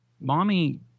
mommy